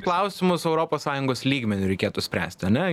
klausimus europos sąjungos lygmeniu reikėtų spręsti ane